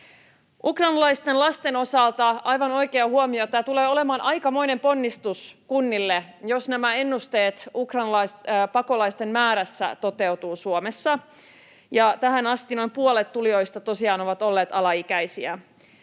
Ukrainalaisten lasten osalta aivan oikea huomio: tämä tulee olemaan aikamoinen ponnistus kunnille, jos nämä ennusteet ukrainalaispakolaisten määrästä toteutuvat Suomessa, ja tähän asti noin puolet tulijoista tosiaan on ollut alaikäisiä.